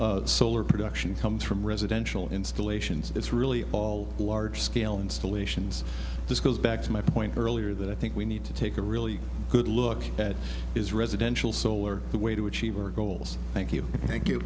germany's solar production comes from residential installations it's really all large scale installations this goes back to my point earlier that i think we need to take a really good look at his residential solar the way to achieve our goals thank you thank you